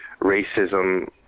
racism